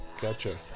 gotcha